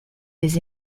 des